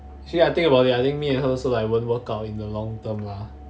actually I think about it I think me and he so that I won't work out in the long term lah